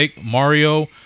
Mario